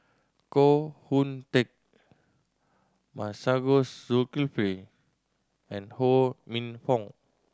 Koh Hoon Teck Masagos Zulkifli and Ho Minfong